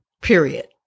period